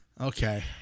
Okay